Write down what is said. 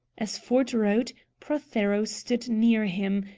as ford wrote, prothero stood near him,